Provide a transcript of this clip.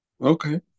Okay